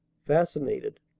fascinated.